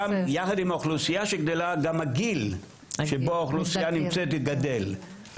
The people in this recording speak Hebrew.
יחד עם האוכלוסייה שגדלה גם הגיל שבו האוכלוסייה נמצאת גדל.